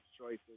choices